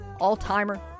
All-timer